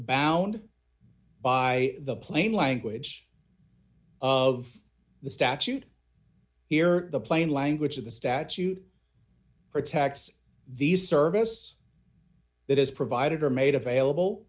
bound by the plain language of the statute here the plain language of the statute protects these service that is provided or made available